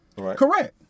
Correct